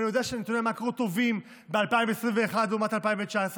ואני יודע שנתוני המקרו טובים ב-2021 לעומת 2019,